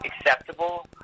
acceptable